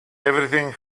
everything